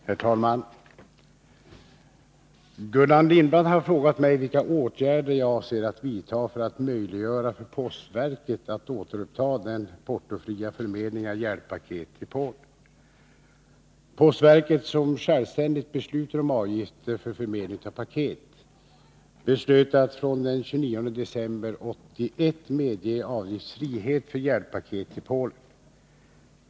Herr talman! Gullan Lindblad har frågat mig vilka åtgärder jag avser att vidta för att möjliggöra för postverket att återuppta den portofria förmedlingen av hjälppaket till Polen. Postverket, som självständigt beslutar om avgifter för förmedling av paket, beslöt att från den 29 december 1981 medge avgiftsfrihet för hjälppaket till Polen.